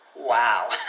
Wow